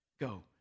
Go